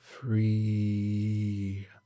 Free